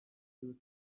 you